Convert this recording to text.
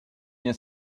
bien